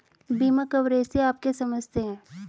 बीमा कवरेज से आप क्या समझते हैं?